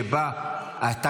שבה אתה,